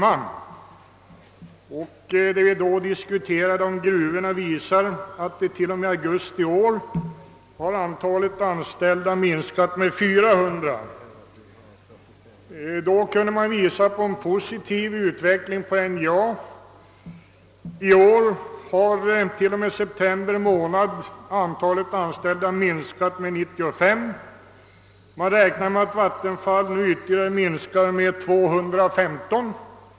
I gruvorna har till och med augusti i år antalet anställda minskat med 400. Tidigare kunde man uppvisa en positiv utveckling på NJA. Till och med september månad i år har antalet anställda där minskat med 935. Man räknar med att Vattenfall skall minska antalet anställda med 215.